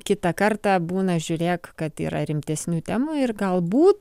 kitą kartą būna žiūrėk kad yra rimtesnių temų ir galbūt